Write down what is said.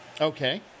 Okay